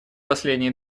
последние